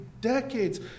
decades